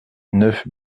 neuf